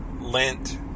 lint